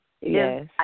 Yes